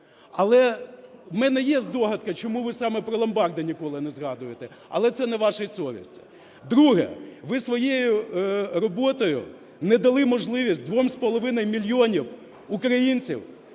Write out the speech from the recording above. Але в мене є здогадка, чому ви саме про ломбарди ніколи не згадуєте, але це на вашій совісті. Друге. Ви своєю роботою не дали можливість 2,5 мільйонам українців